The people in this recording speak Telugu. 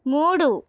మూడు